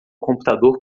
computador